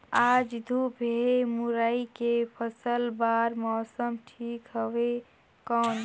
आज धूप हे मुरई के फसल बार मौसम ठीक हवय कौन?